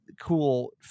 cool